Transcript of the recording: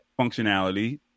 functionality